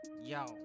Yo